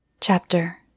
Chapter